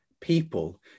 people